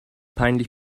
peinlich